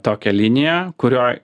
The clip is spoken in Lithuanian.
tokią liniją kurioj